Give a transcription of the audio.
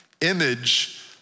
image